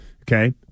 Okay